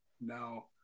Now